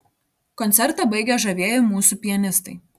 koncertą baigė žavieji mūsų pianistai